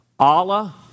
Allah